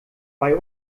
bei